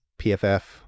PFF